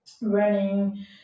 running